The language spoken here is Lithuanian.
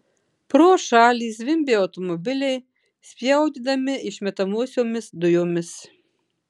pro šalį zvimbė automobiliai spjaudydami išmetamosiomis dujomis